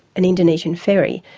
an indonesian ferry.